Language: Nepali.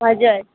हजुर